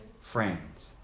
friends